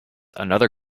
another